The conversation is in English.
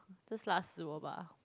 just 辣死我 bah